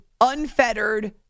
unfettered